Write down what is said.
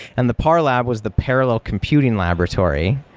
and the parlab was the parallel computing laboratory.